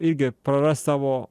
irgi prarast savo